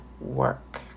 work